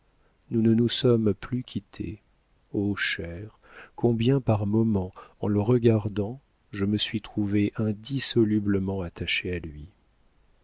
nous ne nous sommes plus quittés oh chère combien par moments en le regardant je me suis trouvée indissolublement attachée à lui